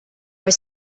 are